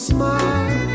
Smile